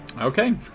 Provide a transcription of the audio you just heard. Okay